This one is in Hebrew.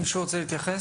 מישהו רוצה להתייחס?